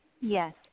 Yes